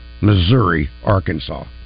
Missouri-Arkansas